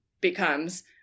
becomes –